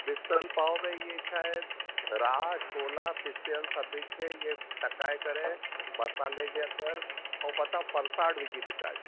मिसल पाव में इएं शायदि छोला पिसियल सभिनी खे इएं टहिकाइ करे मसाले जे अंदरि अऊं मथां फरिसाणु विझी ॾींदा आहिनि